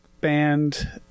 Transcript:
band